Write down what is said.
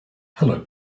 hello